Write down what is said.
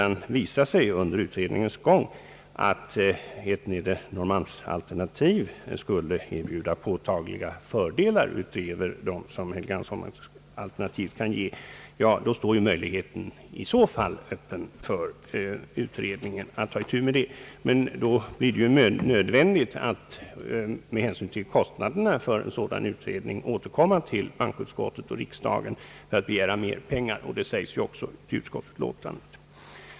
Men skulle det under utredningens gång visa sig att ett Nedre Norrmalmsalternativ av någon anledning skulle kunna erbjuda påtagliga fördelar utöver vad Helgeandsholmsalternativet kan ge står möjligheten i så fall öppen för utredningen att ta itu med det alternativet. Då blir det emellertid nödvändigt med hänsyn till kostnaderna för en sådan utredning att återkomma till bankoutskottet och riksdagen med begäran om mera pengar, och det sägs också i utskottsutlåtandet.